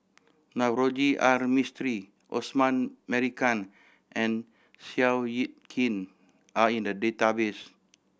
Navroji R Mistri Osman Merican and Seow Yit Kin are in the database